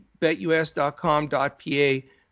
betus.com.pa